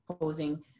posing